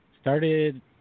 started